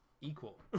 equal